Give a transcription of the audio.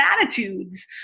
attitudes